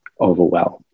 overwhelmed